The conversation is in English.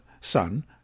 Son